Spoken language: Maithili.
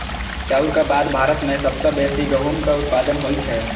चाउरक बाद भारत मे सबसं बेसी गहूमक उत्पादन होइ छै